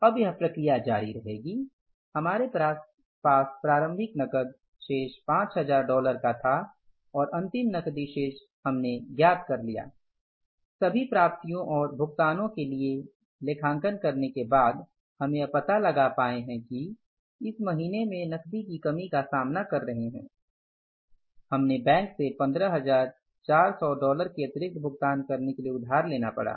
अब यह प्रक्रिया जारी रहेगी हमारे पास प्रारभिक नकद शेष 5000 डॉलर का था और अंतिम नकदी शेष हमने ज्ञात कर लिया सभी प्राप्तियों और भुगतानों के लिए लेखांकन के बाद हम यह पता लगा पाए है कि हम इस महीने में नकदी की कमी का सामना कर रहे हैं हमें बैंक से 15400 डॉलर के अतिरिक्त भुगतान करने के लिए उधार लेना पड़ा